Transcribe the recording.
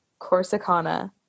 Corsicana